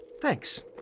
Thanks